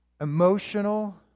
emotional